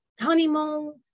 honeymoon